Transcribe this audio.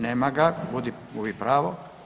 Nema ga, gubi pravo.